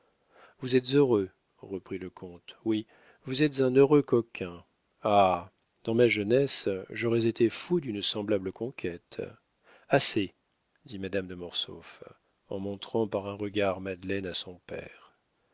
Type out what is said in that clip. vous êtes heureux reprit le comte oui vous êtes un heureux coquin ah dans ma jeunesse j'aurais été fou d'une semblable conquête assez dit madame de mortsauf en montrant par un regard madeleine à son père